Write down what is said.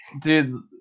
dude